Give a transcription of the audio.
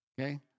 Okay